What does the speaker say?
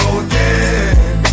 again